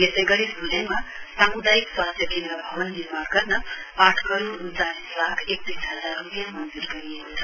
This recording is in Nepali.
यसै गरी सोरेङमा सामुदायिक स्वास्थ्य केन्द्र भवन निर्माण गर्न आठ करोड़ उन्चालिस लाख एकतीस हजार रुपियाँ मञ्जूर गरिएको छ